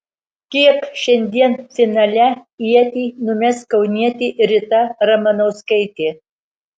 kiek šiandien finale ietį numes kaunietė rita ramanauskaitė